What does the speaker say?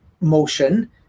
motion